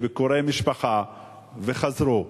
לביקורי משפחה וחזרו.